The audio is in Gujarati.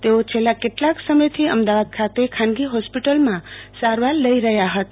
તેઓ છેલ્લા કેટલાક સમયથી અમદાવાદ ખાતે ખાનગી હોસ્પિટલમાં સારવાર લઈ રહ્યા હતા